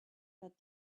but